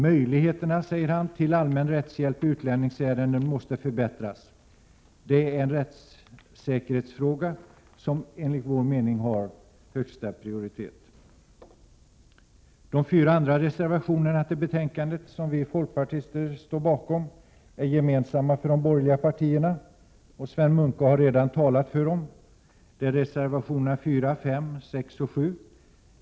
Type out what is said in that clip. Möjligheterna, säger han, till allmän rättshjälp i utlänningsärenden måste förbättras. Detta är en rättssäkerhetsfråga som har högsta prioritet. De fyra andra reservationer till betänkandet som vi folkpartister står bakom är gemensamma för de borgerliga partierna, och Sven Munke har redan talat för dem. Det är reservationerna 4, 5, 6 och 7.